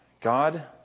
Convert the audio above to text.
God